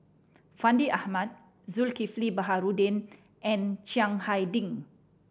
Fandi Ahmad Zulkifli Baharudin and Chiang Hai Ding